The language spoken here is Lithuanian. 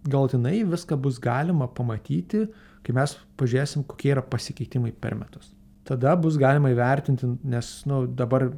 galutinai viską bus galima pamatyti kai mes pažiūrėsim kokie yra pasikeitimai per metus tada bus galima įvertinti nes nu dabar